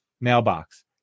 mailbox